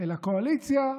אל הקואליציה.